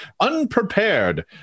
unprepared